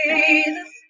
Jesus